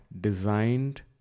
designed